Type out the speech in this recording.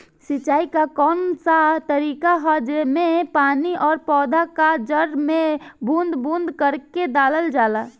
सिंचाई क कउन सा तरीका ह जेम्मे पानी और पौधा क जड़ में बूंद बूंद करके डालल जाला?